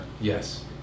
Yes